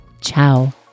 Ciao